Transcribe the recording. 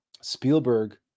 Spielberg